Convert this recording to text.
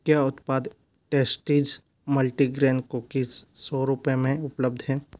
क्या उत्पाद Tasties multigrain cookies सौ रुपये में उपलब्ध है